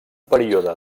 període